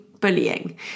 bullying